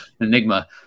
enigma